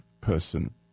person